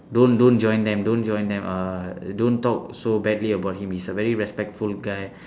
don't don't join them don't join them uh don't talk so badly about him he's a very respectful guy